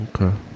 okay